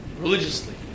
Religiously